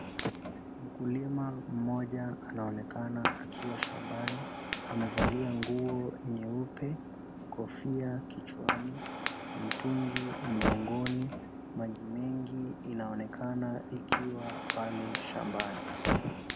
Mkulima mmoja anaonekana akiwa shambani amevalia nguo nyeupe, kofia kichwani, mtungi mgongoni, maji mengi inaonekana ikiwa pale shambani.